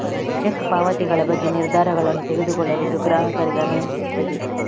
check ಪಾವತಿಗಳ ಬಗ್ಗೆ ನಿರ್ಧಾರಗಳನ್ನು ತೆಗೆದುಕೊಳ್ಳಲು ಇದು ಗ್ರಾಹಕರಿಗೆ ಅನುಮತಿಸುತ್ತದೆ